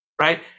right